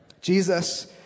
Jesus